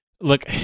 look